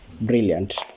brilliant